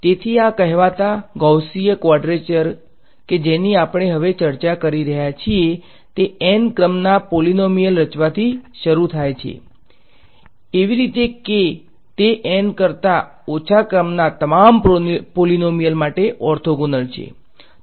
તેથી આ કહેવાતા ગૌસીય ક્વાડ્રેચર કે જેની આપણે હવે ચર્ચા કરી રહ્યા છીએ તે N ક્રમના પોલીનોમીયલ રચવાથી શરૂ થાય છે એવી રીતે કે તે N કરતાં ઓછા ક્રમના તમામ પોલીનોમીયલ માટે ઓર્થોગોનલ છે